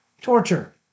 torture